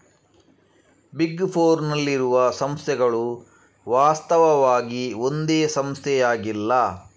big four ನಲ್ಲಿರುವ ಸಂಸ್ಥೆಗಳು ವಾಸ್ತವವಾಗಿ ಒಂದೇ ಸಂಸ್ಥೆಯಾಗಿಲ್ಲ